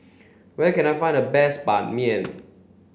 where can I find the best Ban Mian